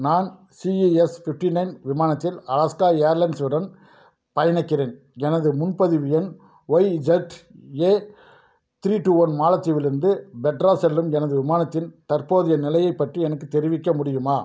நான் C E S fifty nine விமானத்தில் Alaska airlines உடன் பயணிக்கிறேன் எனது முன்பதிவு எண் Y Z A three two one மாலத்தீவிலிருந்து பெட்ரா செல்லும் எனது விமானத்தின் தற்போதைய நிலையைப் பற்றி எனக்குத் தெரிவிக்க முடியுமா